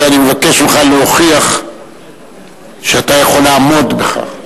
ואני מבקש ממך להוכיח שאתה יכול לעמוד בכך.